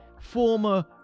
former